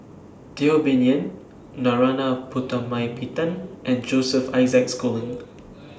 Teo Bee Yen Narana Putumaippittan and Joseph Isaac Schooling